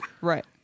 Right